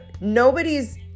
nobody's